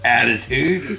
attitude